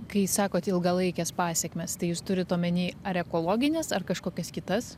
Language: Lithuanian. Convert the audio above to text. kai sakot ilgalaikės pasekmes tai jūs turite omeny ar ekologines ar kažkokias kitas